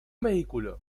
vehículo